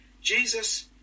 Jesus